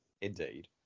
Indeed